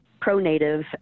pro-native